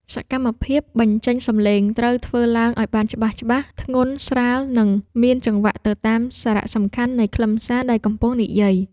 សកម្មភាពបញ្ចេញសំឡេងត្រូវធ្វើឡើងឱ្យបានច្បាស់ៗ ធ្ងន់ស្រាល និងមានចង្វាក់ទៅតាមសារៈសំខាន់នៃខ្លឹមសារដែលកំពុងនិយាយ។